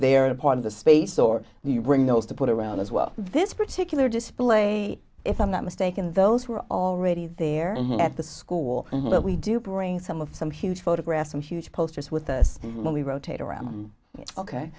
they're a part of the space or you bring those to put around as well this particular display if i'm not mistaken those who are already there at the school that we do bring some of some huge photographs some huge posters with us when we rotate around